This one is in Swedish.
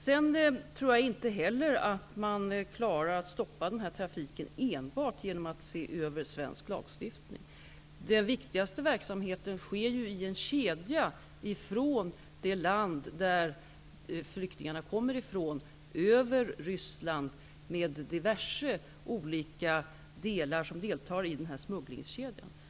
Jag tror inte heller att man klarar av att stoppa den här trafiken enbart genom att se över svensk lagstiftning. Den viktigaste verksamheten sker i en kedja från det land som flyktingarna kommer ifrån, över Ryssland. Diverse olika delar ingår i smugglingskedjan.